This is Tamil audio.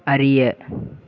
அறிய